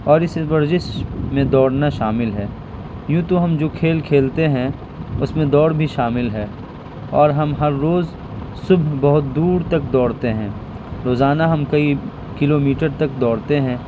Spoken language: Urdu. اور اس ورزش میں دوڑنا شامل ہے یوں تو ہم جو کھیل کھیلتے ہیں اس میں دوڑ بھی شامل ہے اور ہم ہر روز صبح بہت دور تک دوڑتے ہیں روزانہ ہم کئی کلو میٹر تک دوڑتے ہیں